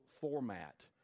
format